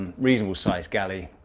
reasonable sized galley,